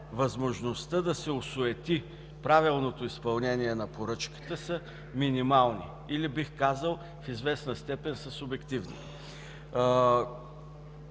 възможността да се осуети правилното изпълнение на поръчката, са минимални или бих казал, в известна степен субективни.